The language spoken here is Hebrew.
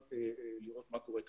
2. לראות מה קורה קדימה.